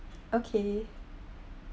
okay